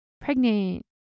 pregnant